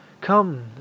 Come